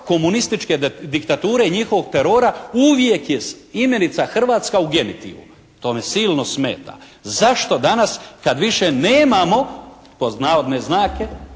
komunističke diktature i njihovog terora uvijek je imenica hrvatska u genitivu. To me silno smeta. Zašto danas kad više nemamo pod navodne znake